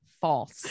false